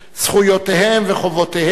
זכויותיהם וחובותיהם,